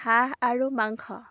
হাঁহ আৰু মাংস